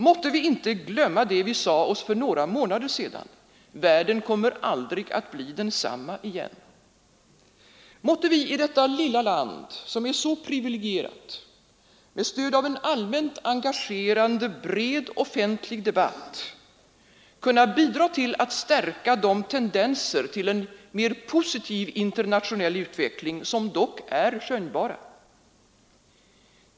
Måtte vi inte glömma det vi sade oss för några månader sedan: Världen kommer aldrig att bli densamma igen. Måtte vi i detta lilla land, som är så privilegierat, med stöd av en allmänt engagerande bred offentlig debatt, kunna bidra till att stärka de tendenser till en mer positiv internationell utveckling som dock är skönjbara.